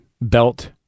belt